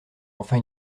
enfin